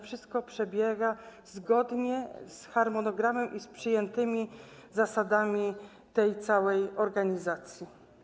Wszystko przebiega zgodnie z harmonogramem i z przyjętymi zasadami tej całej organizacji.